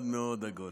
מאוד מאוד עגול.